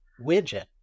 widget